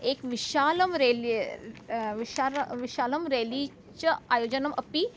एकं विशालं रेल्य विशार विशालं रेली च आयोजनम् अपि